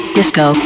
disco